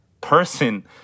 person